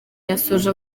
yasoje